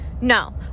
No